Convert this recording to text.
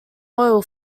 oil